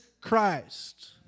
Christ